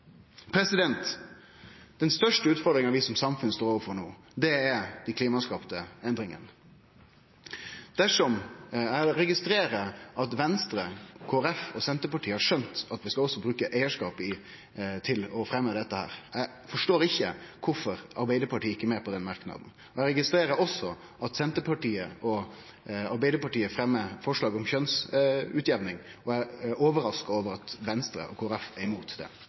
Den største utfordringa vi som samfunn står ovanfor no, er dei menneskeskapte klimaendringane. Eg registrerer at Venstre, Kristeleg Folkeparti og Senterpartiet har skjønt at ein også skal bruke statleg eigarskap som eit verkemiddel i klima- og miljøpolitikken. Eg forstår ikkje kvifor Arbeidarpartiet ikkje er med på den merknaden. Eg registrerer også at Senterpartiet og Arbeidarpartiet fremjar forslag om kjønnsutjamning, og eg er overraska over at Venstre og Kristeleg Folkeparti er imot det.